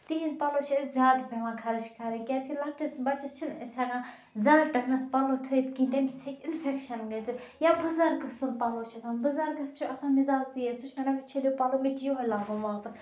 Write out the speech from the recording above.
تِہِنٛدۍ پَلَو چھِ اَسہِ زیادٕ پیٚوان خَرٕچ کَرٕنۍ کیازکہِ لَکٹِس بَچَس چھِنہٕ أسۍ ہیٚکان زیادٕ ٹایمَس پَلَو تھٲیِتھ کِہیٖنۍ تٔمس ہیٚکہِ اِنفیٚکشَن گٔژھِتھ یا بُزَرگہٕ سُنٛد پَلَو چھِ آسان بُزَرگَس چھُ آسان مِزاز تیز سُہ چھُ وَنان مےٚ چھٔلِو مےٚ چھُ یُہے لاگُن واپَس